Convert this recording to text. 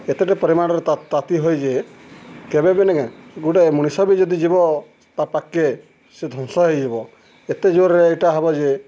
ଏତେଟେ ପରିମାଣ୍ରେ ତା ତାତି ହୋଏ ଯେ କେବେ ବି ନି କେଁ ଗୁଟେ ମଣିଷ ବି ଯଦି ଯିବ ତା ପାଖ୍କେ ସେ ଧ୍ଵଂସ ହେଇଯିବ ଏତେ ଜୋର୍ରେ ଇଟା ହବ ଯେ